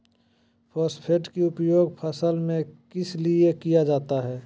Phosphate की उपयोग फसल में किस लिए किया जाता है?